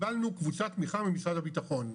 קיבלנו קבוצת תמיכה ממשרד הביטחון,